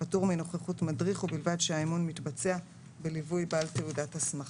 פטור מנוכחות מדריך ובלבד שהאימון מתבצע בליווי בעל תעודת הסמכה".